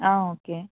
okay